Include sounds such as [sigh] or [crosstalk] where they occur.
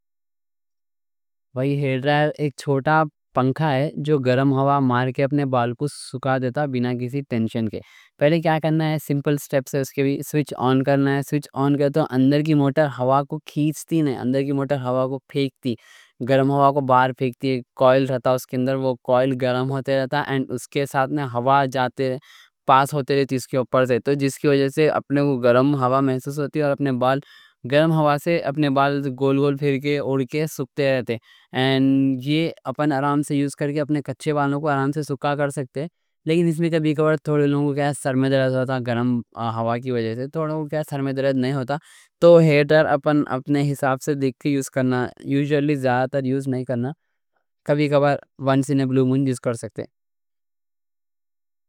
ہیئر ڈرائر ایک چھوٹا پنکھا ہے جو گرم ہوا مار کے اپنے بال کو سُکھا [hesitation] دیتا، بِنا کسی ٹینشن کے پہلے کیا کرنا ہے، سمپل سٹیپس ہے: اس کے بھی سوئچ آن کرنا ہے سوئچ آن کر تو اندر کی موٹر ہوا کو کھینچتی نہیں، اندر کی موٹر ہوا کو پھینکتی گرم ہوا کو باہر پھینکتی؛ کوئل رہتا اس کے اندر، وہ کوئل گرم ہوتا رہتا اور اس کے ساتھ میں ہوا پاس ہوتی رہتی اس کے اوپر سے تو جس کی وجہ سے اپنے کو گرم ہوا محسوس ہوتی اور اپنے بال گرم ہوا سے گول گول پھیل کے اُڑ کے سُک سکتے رہتے اور یہ اپنے کچے بالوں کو آرام سے سُکا کر سکتے لیکن اس میں کبھی [hesitation] تو ہیٹر اپنے حساب سے دیکھ کر